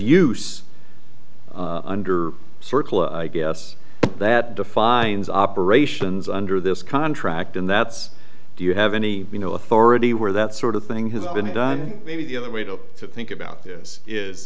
circle i guess that defines operations under this contract and that's do you have any you know authority where that sort of thing has been done maybe the other way to think about this is